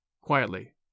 quietly